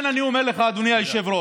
אני אומר לך, אדוני היושב-ראש,